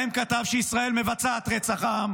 שבהם כתב שישראל מבצעת רצח עם.